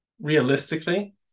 realistically